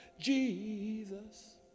Jesus